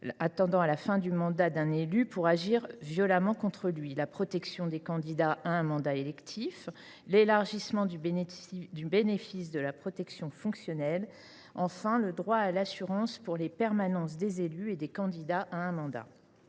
attendant la fin du mandat d’un élu pour agir violemment contre lui, la protection des candidats à un mandat électif, l’élargissement du bénéfice de la protection fonctionnelle, et le droit à l’assurance pour les permanences des élus et des candidats à un mandat.